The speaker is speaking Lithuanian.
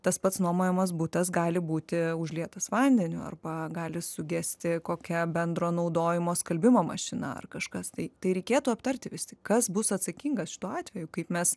tas pats nuomojamas butas gali būti užlietas vandeniu arba gali sugesti kokia bendro naudojimo skalbimo mašina ar kažkas tai tai reikėtų aptarti vis tik kas bus atsakingas šituo atveju kaip mes